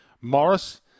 Morris